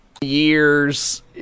Years